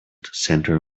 center